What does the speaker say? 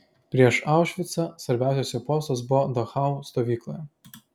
prieš aušvicą svarbiausias jo postas buvo dachau stovykloje